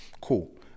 cool